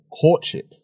courtship